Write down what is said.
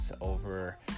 over